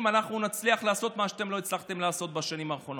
אנחנו נצליח לעשות מה שאתם לא הצלחתם לעשות בשנים האחרונות.